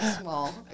small